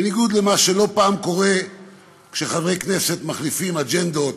בניגוד למה שלא פעם קורה כשחברי כנסת מחליפים אג'נדות,